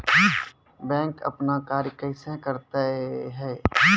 Bank अपन कार्य कैसे करते है?